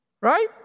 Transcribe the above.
Right